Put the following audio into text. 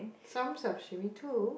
some have too